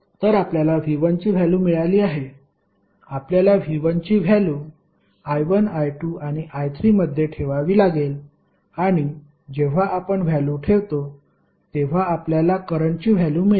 तर आपल्याला V1 ची व्हॅल्यू मिळाली आहे आपल्याला V1 ची व्हॅल्यु I1 I2 आणि I3 मध्ये ठेवावी लागेल आणि जेव्हा आपण व्हॅल्यू ठेवतो तेव्हा आपल्याला करंटची व्हॅल्यू मिळेल